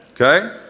okay